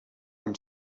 i’m